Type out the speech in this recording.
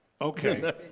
okay